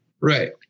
Right